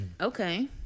okay